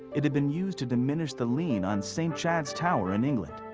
it had been used to diminish the lean on st. chad's tower in england.